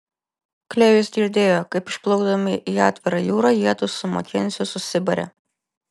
klėjus girdėjo kaip išplaukdami į atvirą jūrą jiedu su makenziu susibarė